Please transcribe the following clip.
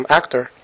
actor